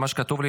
מה שכתוב לי,